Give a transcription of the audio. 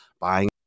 buying